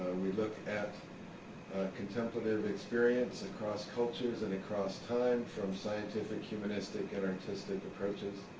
we look at contemplative experience across cultures and across time from scientific, humanistic, and artistic approaches.